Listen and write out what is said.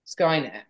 skynet